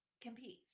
competes